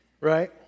Right